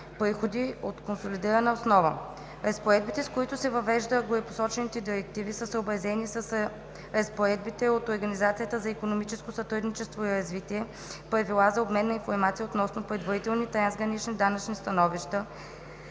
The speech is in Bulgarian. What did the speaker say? приходи на консолидирана основа. Разпоредбите, с които се въвеждат горепосочените директиви, са съобразени с разработените от Организацията за икономическо сътрудничество и развитие правила за обмен на информация относно предварителни трансгранични данъчни становища,